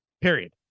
Period